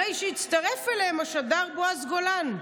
הרי שהצטרף אליהם השדר בועז גולן: